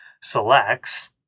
selects